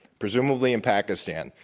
presumably in pakistan.